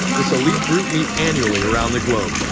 this elite group meet annually around the globe.